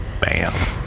Bam